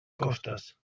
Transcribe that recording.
costes